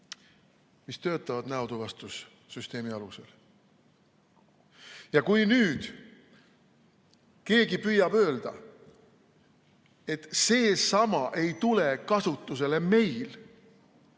mis töötavad näotuvastussüsteemi alusel. Kui nüüd keegi püüab öelda, et seesama ei tule kasutusele meil